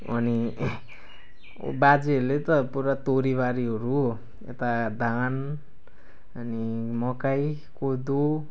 अनि बाजेहरूले त पुरा तोरीबारीहरू यता धान अनि मकै कोदो